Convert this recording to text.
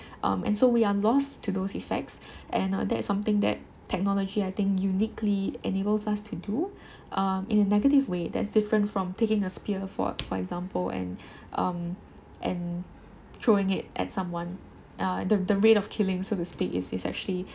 um and so we are lost to those effects and uh that it something that technology I think uniquely enables us to do um in a negative way that is different from taking a spear for for example and and throwing it at someone uh the the rate of killing so the speak is is actually